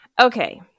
okay